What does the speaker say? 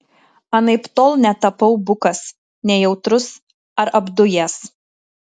anaiptol netapau bukas nejautrus ar apdujęs